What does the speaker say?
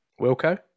Wilco